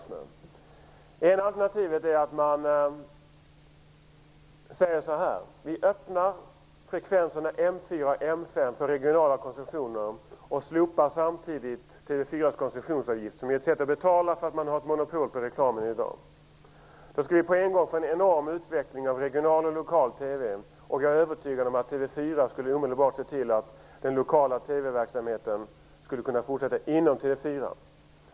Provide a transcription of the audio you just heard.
Det ena alternativet är att man säger: Vi öppnar frekvenserna M 4 och M 5 för regionala koncessioner och slopar samtidigt TV 4:s koncessionsavgift, som är ett sätt att betala för att man har monopol på reklam i dag. På en gång skulle vi därmed få en enorm utveckling av regional och lokal TV. Jag är övertygad om att verksamheten kunde fortsätta inom TV 4.